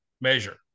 measure